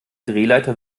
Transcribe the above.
drehleiter